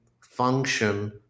function